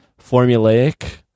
formulaic